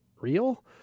real